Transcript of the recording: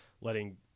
letting